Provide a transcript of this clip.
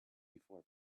before